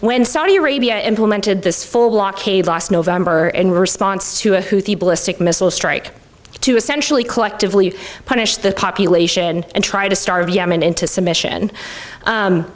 when saudi arabia implemented this full blockade last november in response to a ballistic missile strike to essentially collectively punish the population and try to starve yemen into submission